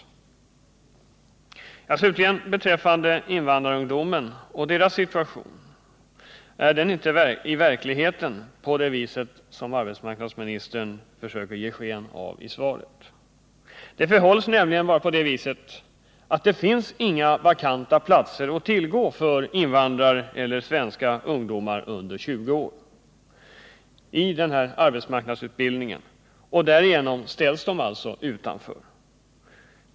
Slutligen vill jag framhålla beträffande invandrarungdomarna och deras situation att den i verkligheten inte är sådan som arbetsmarknadsministern försöker ge sken av i svaret. Det förhåller sig nämligen på det viset att det inte finns några vakanta platser att tillgå för invandrarungdomar eller svenska ungdomar under 20 år i arbetsmarknadsutbildningen. Därigenom ställs de utanför.